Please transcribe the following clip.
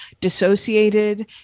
dissociated